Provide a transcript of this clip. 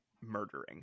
murdering